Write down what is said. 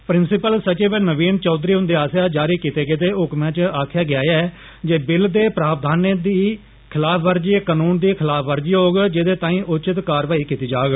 principal सचिव नवीन चौधरी हुंदे आस्सेआ जारी कीते गेदे हुक्मै च आक्खेआ गेआ ऐ जे बिल दे प्रावधाने दी खिालाफवर्जी कनून दी खिलाफवर्जी होग जेदे ताई उचित कार्रवाई कीती जाग